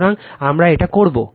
সুতরাং আমরা এটি করব